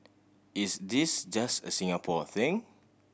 is this just a Singapore thing